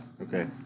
Okay